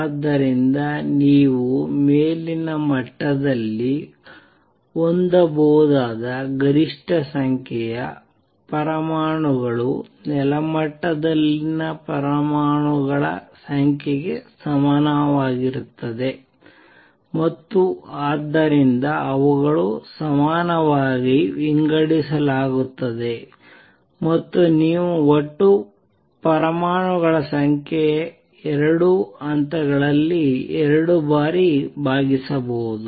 ಆದ್ದರಿಂದ ನೀವು ಮೇಲಿನ ಮಟ್ಟದಲ್ಲಿ ಹೊಂದಬಹುದಾದ ಗರಿಷ್ಠ ಸಂಖ್ಯೆಯ ಪರಮಾಣುಗಳು ನೆಲಮಟ್ಟದಲ್ಲಿನ ಪರಮಾಣುಗಳ ಸಂಖ್ಯೆಗೆ ಸಮನಾಗಿರುತ್ತದೆ ಮತ್ತು ಆದ್ದರಿಂದ ಅವುಗಳನ್ನು ಸಮಾನವಾಗಿ ವಿಂಗಡಿಸಲಾಗುತ್ತದೆ ಮತ್ತು ನೀವು ಒಟ್ಟು ಪರಮಾಣುಗಳ ಸಂಖ್ಯೆಯನ್ನು 2 ಹಂತಗಳಲ್ಲಿ 2 ರಿಂದ ಭಾಗಿಸಬಹುದು